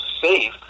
safe